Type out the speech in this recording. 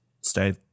stay